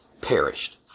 perished